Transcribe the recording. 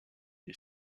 des